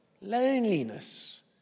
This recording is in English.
Loneliness